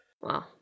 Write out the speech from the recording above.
Wow